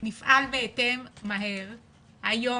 נפעל בהתאם, אומרים